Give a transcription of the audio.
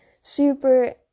super